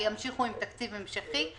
וימשיכו עם תקציב המשכי.